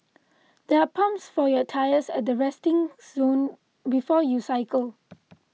there are pumps for your tyres at the resting zone before you cycle